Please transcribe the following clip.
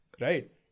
right